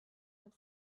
have